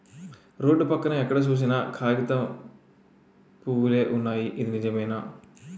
road పక్కన ఎక్కడ సూసినా కాగితం పూవులే వున్నయి